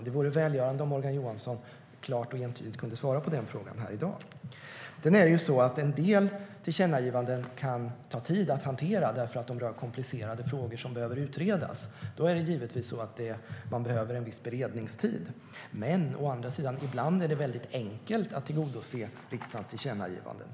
Det vore välgörande om Morgan Johansson klart och entydigt kunde svara på den frågan här i dag. En del tillkännagivanden kan ta tid att hantera därför att de rör komplicerade frågor som behöver utredas. Då behöver man givetvis en viss beredningstid. Å andra sidan är det ibland väldigt enkelt att tillgodose riksdagens tillkännagivanden.